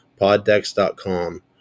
poddex.com